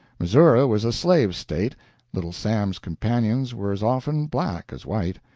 missouri was a slave state little sam's companions were as often black as white.